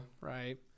right